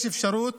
יש אפשרות